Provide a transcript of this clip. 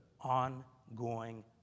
ongoing